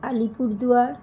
Alipurduar